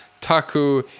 Taku